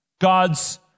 God's